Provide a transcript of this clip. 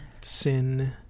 Sin